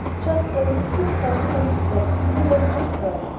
just then a foot sounded on the steps, and a knock was heard.